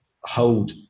hold